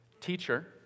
Teacher